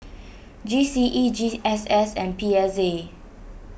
G C E G S S and P S A